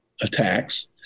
attacks